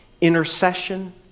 intercession